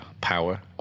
power